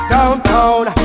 Downtown